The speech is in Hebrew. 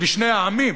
לשני העמים,